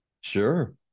sure